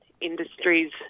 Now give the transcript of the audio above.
industries